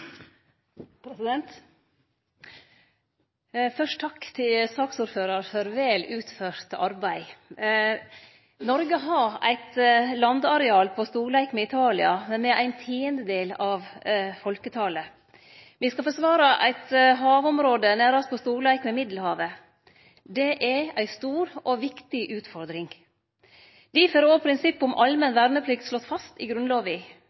takk til saksordføraren for vel utført arbeid. Noreg har eit landareal på storleik med Italia, men med ein tiandedel av folketalet. Me skal forsvare eit havområde nærast på storleik med Middelhavet. Det er ei stor og viktig utfordring. Difor er òg prinsippet om allmenn verneplikt slått fast i Grunnlova